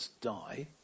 die